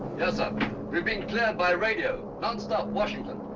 been cleared by radio, nonstop washington.